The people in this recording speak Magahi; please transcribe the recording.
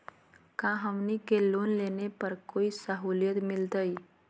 का हमनी के लोन लेने पर कोई साहुलियत मिलतइ?